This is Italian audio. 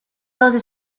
dose